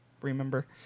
remember